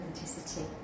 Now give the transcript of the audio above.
authenticity